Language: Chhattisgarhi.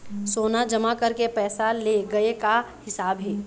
सोना जमा करके पैसा ले गए का हिसाब हे?